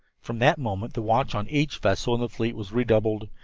from that moment the watch on each vessel in the fleet was redoubled,